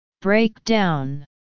Breakdown